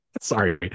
Sorry